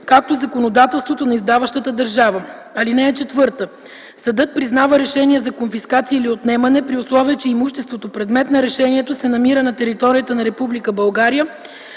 както законодателството на издаващата държава. (4) Съдът признава решение за конфискация или отнемане, при условие че имуществото – предмет на решението, се намира на територията на